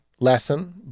lesson